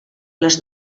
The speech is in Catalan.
les